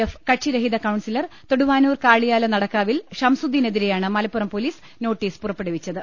F കക്ഷിര ഹിത councillor Thoduvanur Kaliyala നടക്കാവിൽ ഷംസു ദ്ദീനെതിരെയാണ് മലപ്പുറം പൊലീസ് നോട്ടീസ് പുറപ്പെടുവിച്ചത്